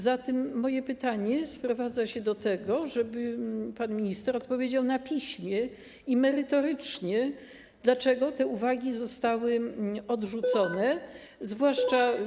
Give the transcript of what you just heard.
Zatem moje pytanie sprowadza się do tego, żeby pan minister odpowiedział na piśmie i merytorycznie, dlaczego te uwagi zostały odrzucone